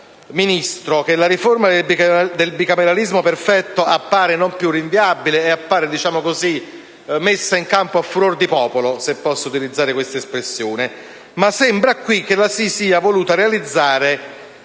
Quagliariello, che la riforma del bicameralismo perfetto appare non più rinviabile, perché messa in capo a furor di popolo, se posso utilizzare questa espressione. Ma sembra che la si sia voluta realizzare,